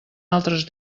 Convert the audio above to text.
altres